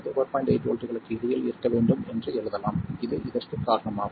8 வோல்ட்டுகளுக்கு இடையில் இருக்க வேண்டும் என்று எழுதலாம் இது இதற்குக் காரணமாகும்